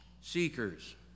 seekers